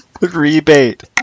Rebate